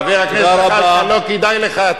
חבר הכנסת זחאלקה, לא כדאי לך.